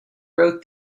wrote